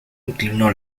inclinó